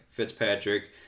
Fitzpatrick